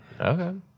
Okay